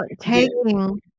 taking